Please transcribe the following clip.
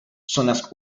zonas